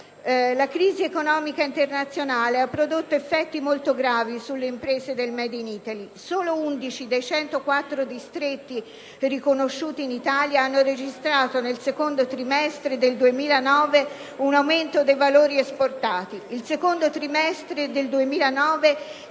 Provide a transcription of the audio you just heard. La crisi economica internazionale ha prodotto effetti molto gravi sulle imprese del *made in Italy*. Solo 11 dei 104 distretti riconosciuti in Italia hanno registrato nel secondo trimestre del 2009 un aumento dei valori esportati;